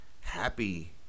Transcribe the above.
happy